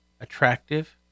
attractive